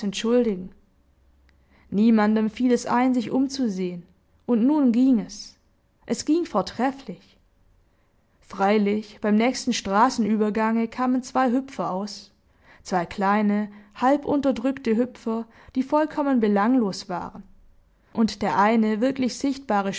entschuldigen niemandem fiel es ein sich umzusehen und nun ging es es ging vortrefflich freilich beim nächsten straßenübergange kamen zwei hüpfer aus zwei kleine halbunterdrückte hüpfer die vollkommen belanglos waren und der eine wirklich sichtbare